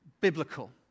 biblical